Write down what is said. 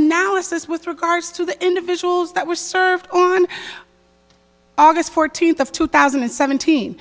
analysis with regards to the individuals that were served on august fourteenth of two thousand and seventeen